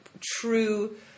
true